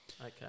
Okay